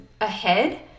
ahead